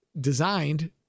designed